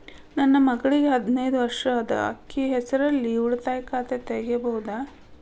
ನನ್ನ ಮಗಳಿಗೆ ಹದಿನೈದು ವರ್ಷ ಅದ ಅಕ್ಕಿ ಹೆಸರಲ್ಲೇ ಉಳಿತಾಯ ಖಾತೆ ತೆಗೆಯಬಹುದಾ?